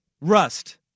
Rust